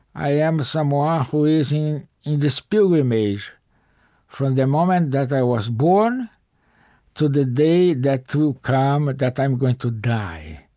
i am someone who is in this pilgrimage from the moment that i was born to the day that will come that i'm going to die.